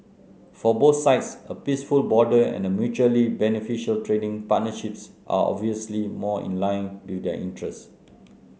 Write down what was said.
for both sides a peaceful border and a mutually beneficial trading partnerships are obviously more in line with their interests